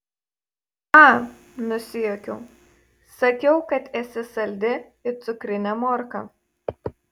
a nusijuokiau sakiau kad esi saldi it cukrinė morka